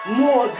more